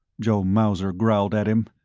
joe mauser growled at him.